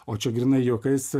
o čia gryna juokais